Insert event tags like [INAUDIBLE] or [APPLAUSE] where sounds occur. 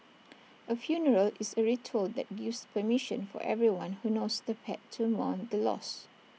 [NOISE] A funeral is A ritual that gives permission for everyone who knows the pet to mourn the loss